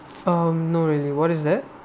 um not really what is that